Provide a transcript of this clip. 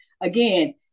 Again